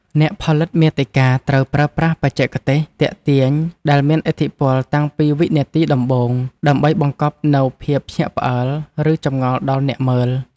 អ្នកផលិតមាតិកាត្រូវប្រើប្រាស់បច្ចេកទេស ទាក់ទាញ ដែលមានឥទ្ធិពលតាំងពីវិនាទីដំបូង ដើម្បីបង្កប់នូវភាពភ្ញាក់ផ្អើល ឬចម្ងល់ដល់អ្នកមើល។